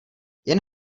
jen